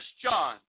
John